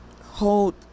hold